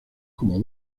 como